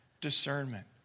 discernment